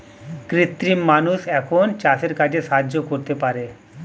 কৃত্রিম মানুষ এখন চাষের কাজে সাহায্য করতে পারে